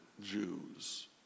Jews